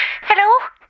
Hello